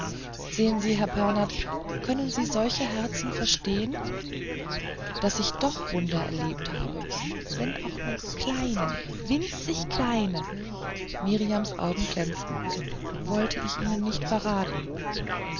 sagen sie herr pernath können sie solche herzen verstehen daß ich doch wunder erlebt habe wenn auch nur kleine winzig kleine mirjams augen glänzten wollte ich ihnen nicht verraten